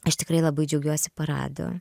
aš tikrai labai džiaugiuosi paradu